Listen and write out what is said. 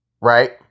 right